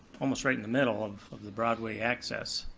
almost right in the middle of of the broadway access.